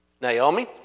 Naomi